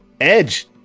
Edge